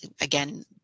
again